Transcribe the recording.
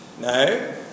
No